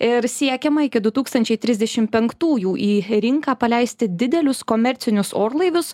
ir siekiama iki du tūkstančiai trisdešim penktųjų į rinką paleisti didelius komercinius orlaivius